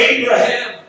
Abraham